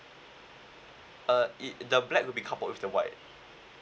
uh it the black will be coupled with the white